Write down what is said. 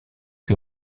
que